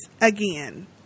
again